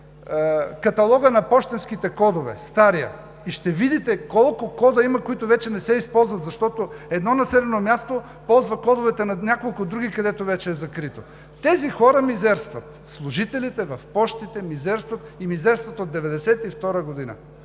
стария каталог на пощенските кодове и ще видите колко кода има, които вече не се използват, защото едно населено място ползва кодовете на няколко други, които вече са закрити. Тези хора мизерстват! Служителите в пощите мизерстват, и мизерстват от 1992 г.